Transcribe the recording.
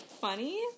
funny